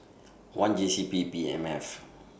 one J C P M F